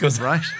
Right